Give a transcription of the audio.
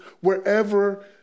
wherever